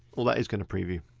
all that is gonna preview.